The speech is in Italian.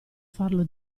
farlo